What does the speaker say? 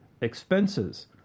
expenses